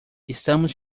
estamos